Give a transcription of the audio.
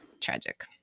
tragic